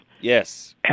Yes